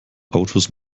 autos